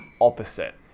opposite